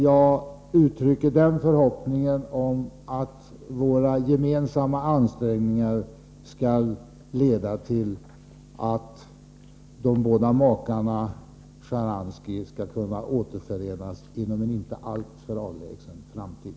Jag uttrycker den förhoppningen, att våra gemensamma ansträngningar skall leda till att de båda makarna Sjtjaranskij skall kunna återförenas inom en inte alltför avlägsen framtid.